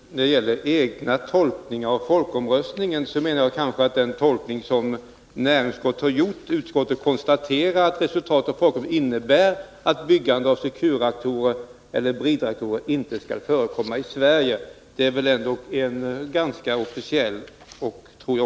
Herr talman! När det gäller egna tolkningar av folkomröstningen vill jag hänvisa till den tolkning som näringsutskottet har gjort: ”Utskottet konstaterar att resultatet av folkomröstningen innebär att byggande av Secure-reaktorer eller bridreaktorer inte skall förekomma i Sverige.” Jag menar att den tolkningen är den officiella och riktiga.